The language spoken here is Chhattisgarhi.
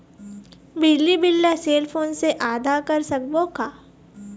बिजली बिल ला सेल फोन से आदा कर सकबो का?